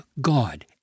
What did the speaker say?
God